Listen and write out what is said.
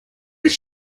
does